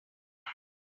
can